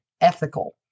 ethical